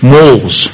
Malls